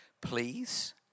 Please